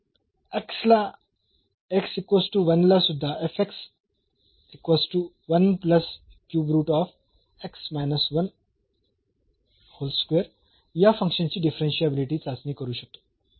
आपण ला सुद्धा या फंक्शन ची डिफरन्शियाबिलिटी चाचणी करू शकतो